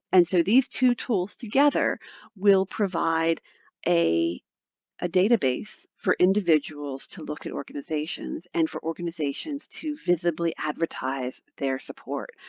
and so these two tools together will provide a ah database for individuals to look at organizations and for organizations to visibly advertise their support.